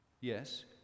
yes